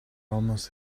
almost